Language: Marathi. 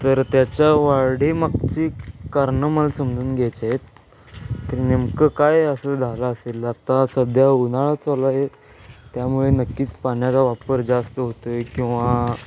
तर त्याचं वाढीमागची कारणं मला समजून घ्यायचे आहेत तर नेमकं काय असं झालं असेल आता सध्या उन्हाळा चालू आहे त्यामुळे नक्कीच पाण्याचा वापर जास्त होतो आहे किंवा